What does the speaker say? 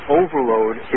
overload